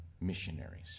missionaries